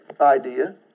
idea